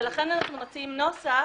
ולכן אנחנו מציעים נוסח